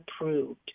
approved